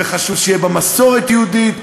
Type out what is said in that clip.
וחשוב שתהיה בה מסורת יהודית.